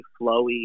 flowy